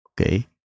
Okay